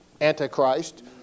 Antichrist